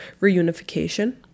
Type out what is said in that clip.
reunification